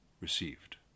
received